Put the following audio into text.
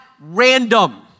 random